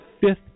fifth